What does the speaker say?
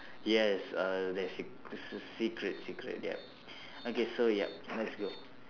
yes err that's s~ it's a secret secret yup okay so yup let's go